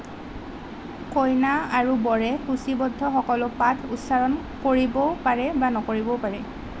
কইনা আৰু বৰে সূচীবদ্ধ সকলো পাঠ উচ্চাৰণ কৰিবও পাৰে বা নকৰিবও পাৰে